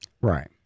Right